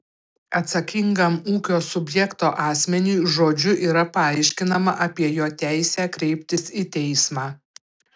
atsakingam ūkio subjekto asmeniui žodžiu yra paaiškinama apie jo teisę kreiptis į teismą